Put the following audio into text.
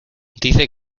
dice